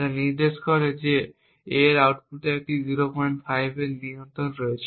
যা নির্দেশ করে যে A এর আউটপুটে 05 এর নিয়ন্ত্রণ রয়েছে